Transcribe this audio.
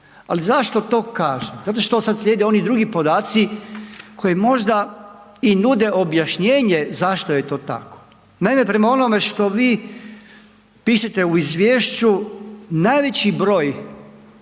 Ali zašto to kažem? Zato što slijede oni drugi podaci koji možda i nude objašnjenje zašto je to tako. Naime, prema onome što vi pišete u izvješću najveći broj